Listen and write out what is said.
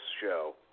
show